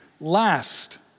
last